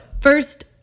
first